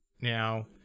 Now